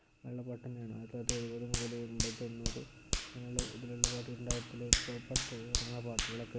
നല്ല പാട്ട് തന്നെയാണ് ആയിരത്തി തൊള്ളായിരത്തി എഴുപത് മുതൽ എൺപത് തൊണ്ണൂറ് അങ്ങനെയുള്ള ഇതിലുള്ള പാട്ട് രണ്ടായരത്തിൽ ഇപ്പം അടുത്ത് ഇറങ്ങുന്ന പാട്ടുകളൊക്കെ